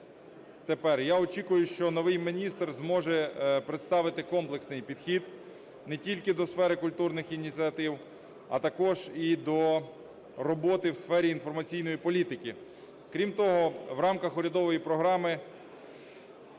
я очікую, що новий міністр зможе представити комплексний підхід не тільки до сфери культурних ініціатив, а також і до роботи в сфері інформаційної політики. Крім того, в рамках урядової програми